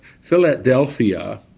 Philadelphia